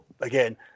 again